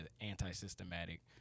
anti-systematic